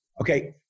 Okay